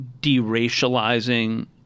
deracializing